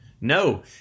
No